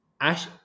ash